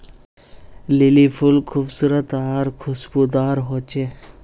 lily फुल खूबसूरत आर खुशबूदार होचे